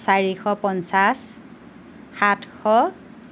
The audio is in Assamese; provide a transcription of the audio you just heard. চাৰিশ পঞ্চাশ সাতশ